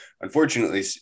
Unfortunately